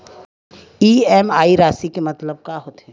EMI राशि के मतलब का होथे?